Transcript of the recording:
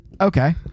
Okay